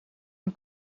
een